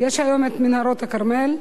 יש היום מנהרות הכרמל.